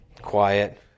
quiet